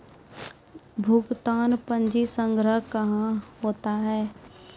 भुगतान पंजी संग्रह कहां होता हैं?